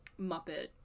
Muppet